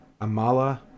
Amala